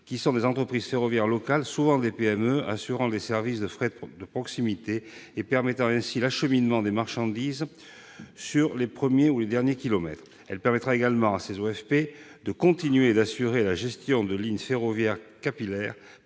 qui sont des entreprises ferroviaires locales, souvent des PME, assurant des services de fret de proximité et permettant ainsi l'acheminement des marchandises sur les premiers ou les derniers kilomètres. Elle permettra également à ces opérateurs de continuer d'assurer la gestion de lignes ferroviaires capillaires